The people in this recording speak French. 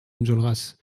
enjolras